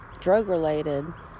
drug-related